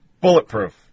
Bulletproof